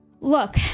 Look